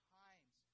times